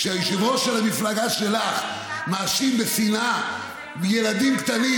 כשהיושב-ראש של המפלגה שלך מאשים בשנאה ילדים קטנים